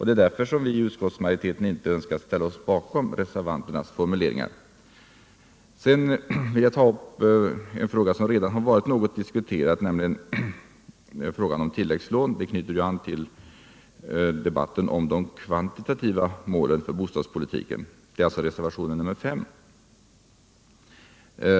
Det är därför vi i utskottsmajoriteten inte önskat ställa oss bakom reservanternas formuleringar. Jag vill därefter ta upp en fråga som redan något diskuterats, nämligen frågan om tilläggslån, som ju knyter an till debatten om de kvantitativa målen för bostadspolitiken och som förs vidare i reservationen 5.